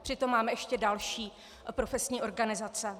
Přitom máme ještě další profesní organizace.